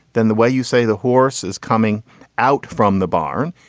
then the way you say the horse is coming out. from the barn.